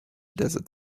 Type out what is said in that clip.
desert